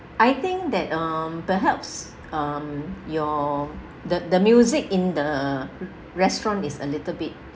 I think that um perhaps um your the the music in the restaurant is a little bit